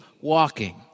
walking